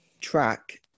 track